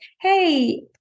Hey